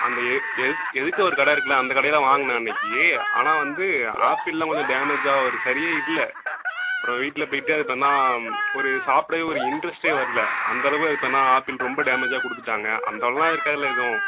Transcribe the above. அந்த எதுர்க்க ஒரு கடை இருக்கில்ல அந்த கடையில் வாங்கினேன் அன்றைக்கி ஆனால் வந்து ஆப்பிள்லாம் கொஞ்சம் டேமேஜாக ஒரு சரியே இல்லை அப்புறம் வீட்டில் போய்விட்டு அதுக்கப்புறந்தான் ஒரு சாப்பிடவே ஒரு இன்ட்ரஸ்ட்டே வரல அந்தளவு அது பேர் என்ன ஆப்பிள் ரொம்ப டேமேஜாக கொடுத்துட்டாங்க அந்தளவெலாம் இருக்காதில்ல எதுவும்